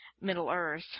Middle-earth